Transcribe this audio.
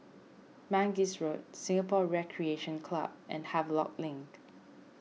Mangis Road Singapore Recreation Club and Havelock Link